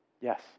Yes